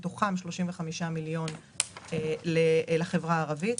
כש-35 מיליון מתוכם לחברה ערבית.